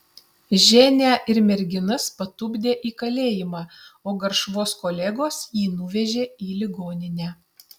ženią ir merginas patupdė į kalėjimą o garšvos kolegos jį nuvežė į ligoninę